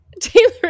Taylor